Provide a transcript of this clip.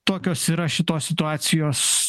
tokios yra šitos situacijos